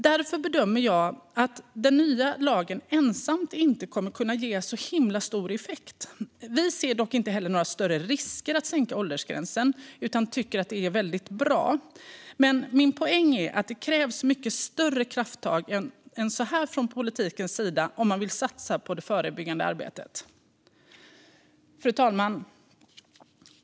Därför bedömer jag att den nya lagen ensam inte kommer att kunna ge så stor effekt. Vi ser dock inte heller några större risker med att sänka åldersgränsen utan tycker att det är väldigt bra. Men min poäng är att det krävs mycket större krafttag än så här från politikens sida om man vill satsa på det förebyggande arbetet. Fru talman!